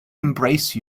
embrace